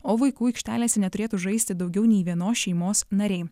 o vaikų aikštelėse neturėtų žaisti daugiau nei vienos šeimos nariai